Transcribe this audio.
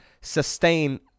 sustain